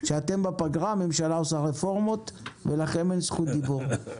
כשאתם בפגרה הממשלה עושה רפורמות ולכם אין זכות דיבור.